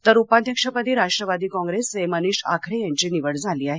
तर उपाध्यक्षपदी राष्ट्रवादी कॉप्रेसचे मनिष आखरे यांची निवड झाली आहे